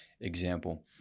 example